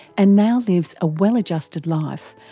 and now lives a well-adjusted life,